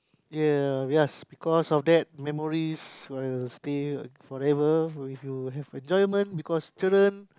ya yes because of that memories will stay forever if you have enjoyment because children